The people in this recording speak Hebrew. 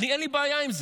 אין לי בעיה עם זה.